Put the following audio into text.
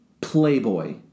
playboy